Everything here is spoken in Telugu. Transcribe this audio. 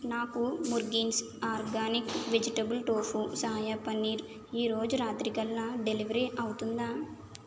నాకు ముర్గిన్స్ organic vegetable tofu soya paneer ఈరోజు రాత్రికల్లా డెలివర్ అవుతుందా